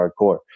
hardcore